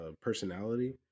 personality